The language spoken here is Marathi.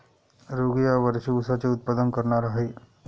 रघू या वर्षी ऊसाचे उत्पादन करणार आहे